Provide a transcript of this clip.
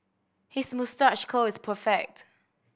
his moustache curl is perfect